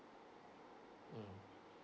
mm